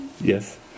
Yes